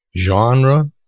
genre